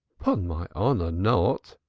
pon my honor, not,